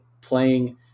playing